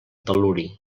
tel·luri